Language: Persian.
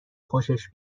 خوشش